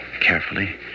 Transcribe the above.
carefully